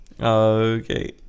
Okay